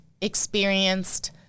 experienced